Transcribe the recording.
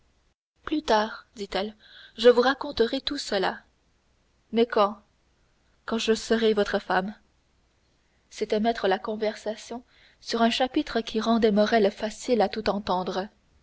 plus tard dit-elle je vous raconterai tout cela mais quand quand je serai votre femme c'était mettre la conversation sur un chapitre qui rendait morrel facile à tout entendre